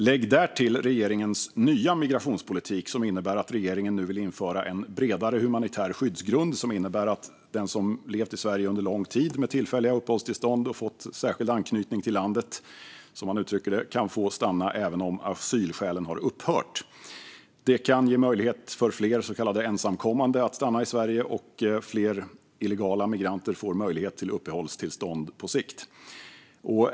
Lägg därtill regeringens nya migrationspolitik som innebär att regeringen vill införa en bredare humanitär skyddsgrund, vilket betyder att den som under lång tid har levt i Sverige med tillfälliga uppehållstillstånd och fått särskild anknytning till landet, som man uttrycker det, kan få stanna även om asylskälen har upphört. Detta ger möjlighet för fler så kallade ensamkommande att stanna i Sverige, och fler illegala migranter får på sikt möjlighet till uppehållstillstånd.